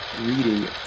reading